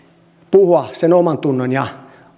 puhua sen omantunnon ja